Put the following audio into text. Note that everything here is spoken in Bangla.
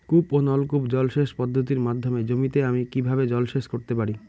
কূপ ও নলকূপ জলসেচ পদ্ধতির মাধ্যমে জমিতে আমি কীভাবে জলসেচ করতে পারি?